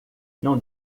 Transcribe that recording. não